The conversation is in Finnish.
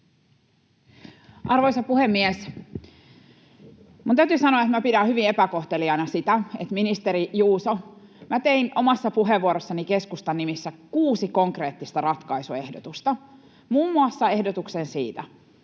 Arvoisa puhemies! Minun täytyy sanoa, että minä pidän hyvin epäkohteliaana sitä, ministeri Juuso, että kun minä tein omassa puheenvuorossani keskustan nimissä kuusi konkreettista ratkaisuehdotusta, muun muassa ehdotuksen siitä,